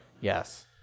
Yes